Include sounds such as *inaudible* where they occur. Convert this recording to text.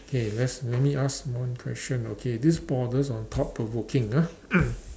okay let's let me ask one question okay this bothers on thought provoking ah *noise*